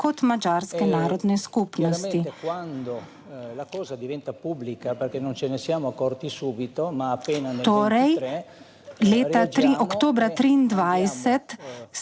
kot madžarske narodne skupnosti. Torej oktobra 2023